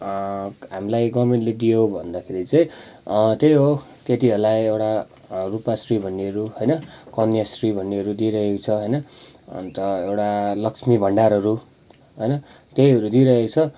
हामलाई गभर्मेन्टले दियो भन्दाखेरि चैँ त्यही हो केटीहरूलाई एउटा रूपाश्री भन्नेहरू होइन कन्याश्री भन्नेहरू दिइरहेको छ होइन अन्त एउटा लक्ष्मी भण्डारहरू होइन त्यहीहरू दिइरहेको छ